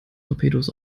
torpedos